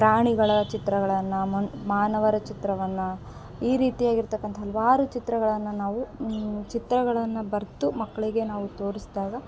ಪ್ರಾಣಿಗಳ ಚಿತ್ರಗಳನ್ನು ಮನ್ ಮಾನವರ ಚಿತ್ರವನ್ನು ಈ ರೀತಿಯಾಗಿರ್ತಕ್ಕಂಥ ಹಲವಾರು ಚಿತ್ರಗಳನ್ನು ನಾವು ಚಿತ್ರಗಳನ್ನು ಬರೆದು ಮಕ್ಕಳಿಗೆ ನಾವು ತೋರಿಸ್ದಾಗ